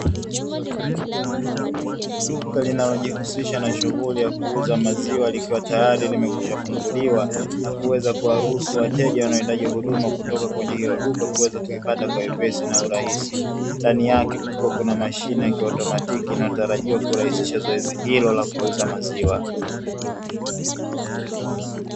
Duka linalojihusisha na shughuli ya kuuza maziwa, likiwa tayari limekwisha funguliwa na kuweza kuwaruhusu wateja wanaohitaji huduma kutoka kwenye hilo duka kuweza kuipata kwa wepesi na urahisi, ndani yake kukiwa kuna mashine ya kiautomatiki inayotarajiwa kurahisisha zoezi hilo la kuuza maziwa.